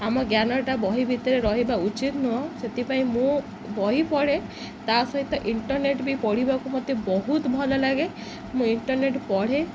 ଆମ ଜ୍ଞାନଟା ବହି ଭିତରେ ରହିବା ଉଚିତ ନୁହଁ ସେଥିପାଇଁ ମୁଁ ବହି ପଢ଼େ ତା ସହିତ ଇଣ୍ଟରନେଟ୍ ବି ପଢ଼ିବାକୁ ମୋତେ ବହୁତ ଭଲ ଲାଗେ ମୁଁ ଇଣ୍ଟରନେଟ୍ ପଢ଼େ